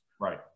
right